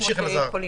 נמשיך הלאה.